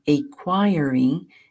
acquiring